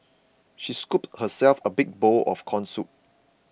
she scooped herself a big bowl of Corn Soup